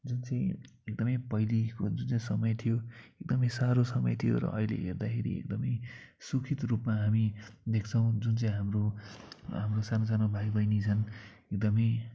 जुन चाहिँ एकदमै पहिलेको जुन चाहिँ समय थियो एकदमै साह्रो समय थियो र अहिले हेर्दाखेरि एकदमै सुखित रुपमा हामी देख्छौँ जुन चाहिँ हाम्रो हाम्रो सानोसानो भाइ बहिनी झन् एकदमै